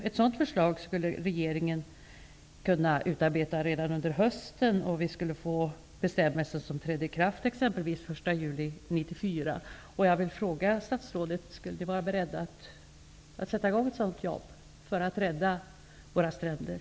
Ett sådant förslag skulle regeringen kunna utarbeta redan under hösten, och vi skulle få bestämmelser som trädde i kraft exempelvis den 1 juli 1994.